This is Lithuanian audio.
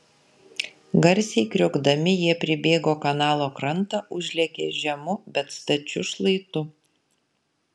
garsiai kriokdami jie pribėgo kanalo krantą užlėkė žemu bet stačiu šlaitu